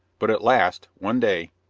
but at last, one day,